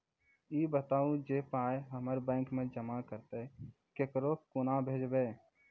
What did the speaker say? ई बताऊ जे पाय हमर बैंक मे जमा रहतै तऽ ककरो कूना भेजबै?